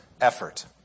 effort